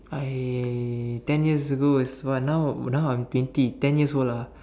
I ten years ago is what now now I'm twenty ten years old ah